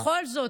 בכל זאת,